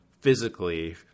physically